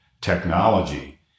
technology